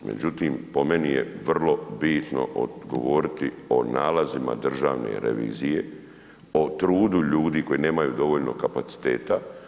Međutim, po meni je vrlo bitno odgovoriti o nalazima Državne revizije, o trudu ljudi koji nemaju dovoljno kapaciteta.